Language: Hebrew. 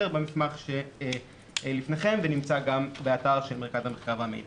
במסמך שבפניכם ונמצא גם באתר של מרכז המחקר והמידע.